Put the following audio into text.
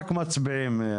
עוד משהו?